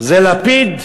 זה לפיד,